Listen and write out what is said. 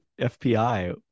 FPI